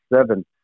seven